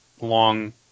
long